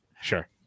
Sure